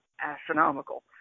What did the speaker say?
astronomical